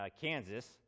Kansas